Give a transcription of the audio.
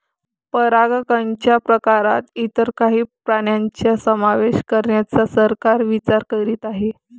परागकणच्या प्रकारात इतर काही प्राण्यांचा समावेश करण्याचा सरकार विचार करीत आहे